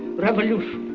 revolution.